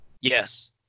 Yes